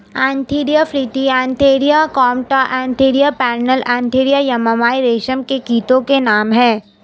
Antheraea frithi Antheraea compta Antheraea pernyi Antheraea yamamai रेशम के कीटो के नाम हैं